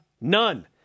none